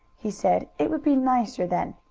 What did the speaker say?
he said. it would be nicer, then.